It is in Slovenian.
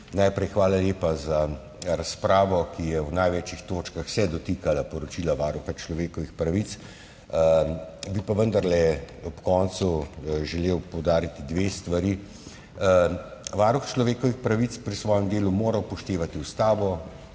Najprej hvala lepa za razpravo, ki se je v največ točkah dotikala poročila Varuha človekovih pravic. Bi pa vendarle ob koncu želel poudariti dve stvari. Varuh človekovih pravic mora pri svojem delu upoštevati ustavo,